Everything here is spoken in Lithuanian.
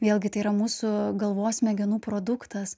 vėlgi tai yra mūsų galvos smegenų produktas